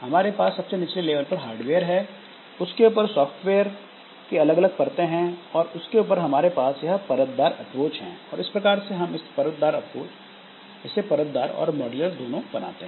हमारे पास सबसे निचले लेवल पर हार्डवेयर है उसके ऊपर सॉफ्टवेयर की अलग अलग परते हैं और उसके ऊपर हमारे पास यह परतदार अप्रोच हैं और इस प्रकार से हम इसे परतदार और मॉड्यूलर दोनों बनाते हैं